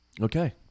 Okay